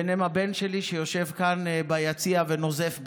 ביניהם הבן שלי, שיושב כאן ביציע ונוזף בי.